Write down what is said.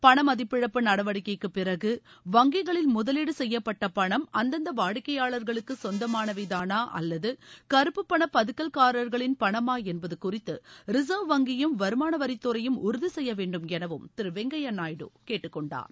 பணமதிப்பிழப்பு நடவடிக்கைக்குப் பிறகு வங்கிகளில் முதலீடு செய்யப்பட்ட பணம் அந்தந்த வாடிக்கையாளர்களுக்கு சொந்தமானவைதாளா அல்லது கருப்புப்பண பதுக்கல்காரர்களின் பணமா என்பது குறித்து ரிசர்வ் வங்கியும் வருமானவரித் துறையும் உறுதி செய்ய வேண்டும் எனவும் திரு வெங்கய்ய நாயுடு கேட்டுக் கொண்டார்